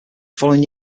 following